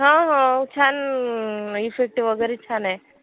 हां हो छान इफेक्ट वगैरे छान आहे